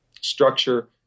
structure